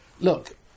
Look